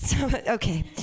Okay